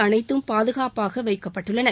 அனைத்தும் பாதுகாப்பாக வைக்கப்பட்டுள்ளன